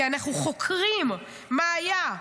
כי אנחנו חוקרים מה היה,